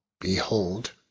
behold